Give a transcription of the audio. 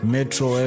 Metro